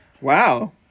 Wow